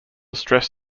stress